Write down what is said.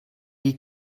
die